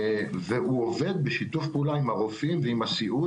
והוא עובד בשיתוף פעולה עם הרופאים ועם הסיעוד